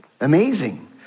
amazing